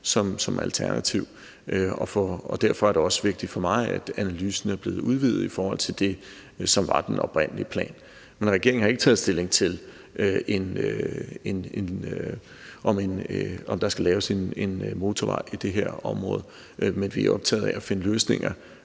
som et alternativ, og derfor er det også vigtigt for mig, at analysen er blevet udvidet i forhold til det, som var den oprindelige plan. Men regeringen har ikke taget stilling til, om der skal laves en motorvej i det her område, men vi er optaget af at finde løsninger